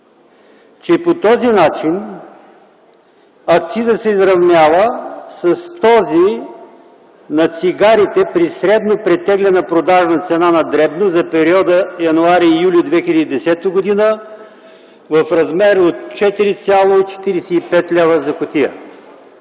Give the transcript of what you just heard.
че по този начин акцизът се изравнява с този на цигарите при средно претеглена продажна цена на дребно за периода януари-юли 2010 г. в размер на 4,45 лв. за кутия.